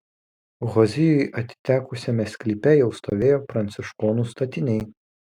hozijui atitekusiame sklype jau stovėjo pranciškonų statiniai